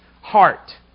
heart